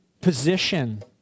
position